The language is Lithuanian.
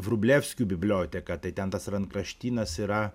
vrublevskių biblioteka tai ten tas rankraštynas yra